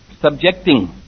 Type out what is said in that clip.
subjecting